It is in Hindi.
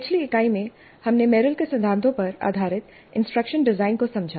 पिछली इकाई में हमने मेरिल के सिद्धांतों पर आधारित इंस्ट्रक्शन डिजाइन को समझा